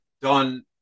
done